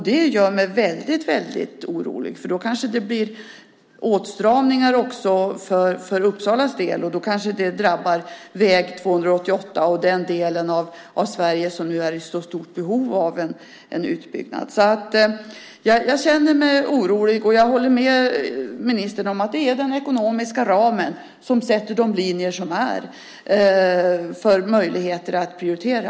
Det gör mig mycket orolig, för då kanske det blir åtstramningar också för Uppsalas del, vilket kan drabba väg 288 och den del av Sverige som nu är i stort behov av en utbyggnad. Jag känner mig alltså orolig. Jag håller dock med ministern om att det är den ekonomiska ramen som sätter upp linjerna för möjligheterna att prioritera.